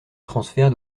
transfert